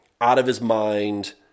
out-of-his-mind